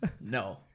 No